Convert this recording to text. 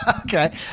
Okay